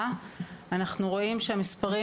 אפילו שזה עולה כסף,